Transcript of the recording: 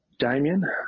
Damien